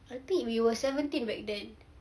I think we was seventeen back then